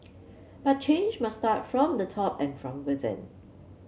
but change must start from the top and from within